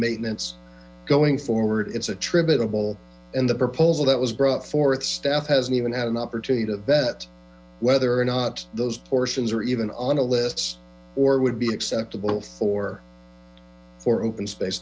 maintenance going forward it's attributable in the proposal that was brought forth staff hasn't evn had an opportunity to vet whether or not those portions are even on the lists or would be acceptable for for open space